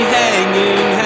hanging